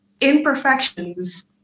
imperfections